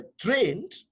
trained